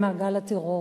למעגל הטרור.